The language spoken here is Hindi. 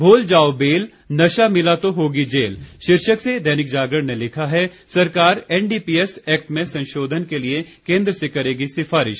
भूल जाओ बेल नशा मिला तो होगी जेल शीर्षक से दैनिक जागरण ने लिखा है सरकार एनडीपीएस एक्ट में संशोधन के लिये केन्द्र से करेगी सिफारिश